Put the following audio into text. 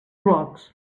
blogs